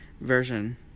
version